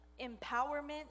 empowerment